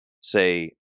say